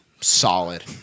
Solid